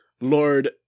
Lord